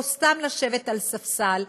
או סתם לשבת על ספסל,